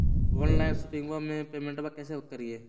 Online शोपिंगबा में पेमेंटबा कैसे करिए?